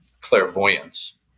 clairvoyance